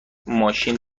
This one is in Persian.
ماشین